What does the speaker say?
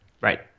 Right